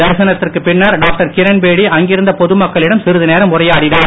தரிசனத்திற்கு பின்னர் டாக்டர் கிரண்பேடி அங்கிருந்த பொது மக்களிடம் சிறிது நேரம் உரையாடினார்